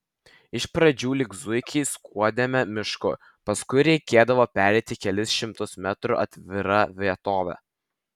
iš pradžių lyg zuikiai skuodėme mišku paskui reikėdavo pereiti kelis šimtus metrų atvira vietove